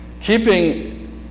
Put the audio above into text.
keeping